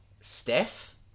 Steph